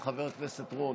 של חבר הכנסת רול.